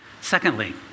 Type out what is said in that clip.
Secondly